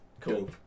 Cool